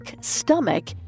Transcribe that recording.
stomach